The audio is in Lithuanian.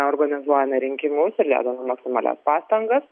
organizuojame rinkimus ir dedame maksimalias pastangas